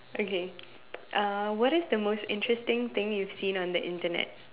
okay uh what is the most interesting thing you've seen on the Internet